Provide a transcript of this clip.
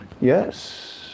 Yes